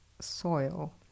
soil